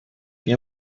nie